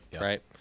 right